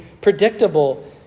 predictable